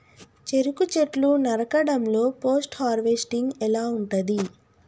చెరుకు చెట్లు నరకడం లో పోస్ట్ హార్వెస్టింగ్ ఎలా ఉంటది?